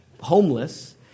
homeless